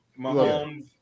Mahomes